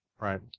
Right